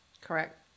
Correct